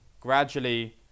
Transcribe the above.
gradually